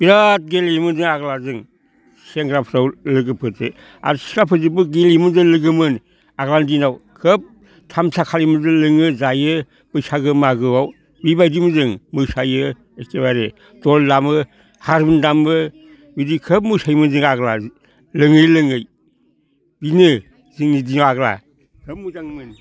बिराद गेलेयोमोन जों आगोलो जों सेंग्राफ्राव लोगोफोरजों आरो सिख्लाफोरजोंबो गेलेयोमोन जों लोगोमोन आगोलनि दिनाव खोब थामसा खालामोमोन जों लोङो जायो बैसागो मागोआव बेबायदिमोन जों मोसायो एखेबारे धल दामो हारिमुनि दामो बिदि खोब मोसायोमोन जों आगोलो लोङै लोङै बेनो जोंनि दिन आगोलो खोब मोजांमोन